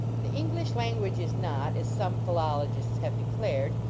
the english language is not, as some philologists have declared,